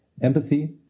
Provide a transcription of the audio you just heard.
empathy